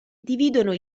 dividono